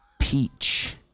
Peach